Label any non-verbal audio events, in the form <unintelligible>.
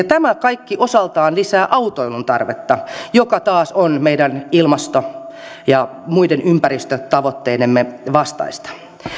<unintelligible> tämä kaikki osaltaan lisää autoilun tarvetta joka taas on meidän ilmasto ja muiden ympäristötavoitteidemme vastaista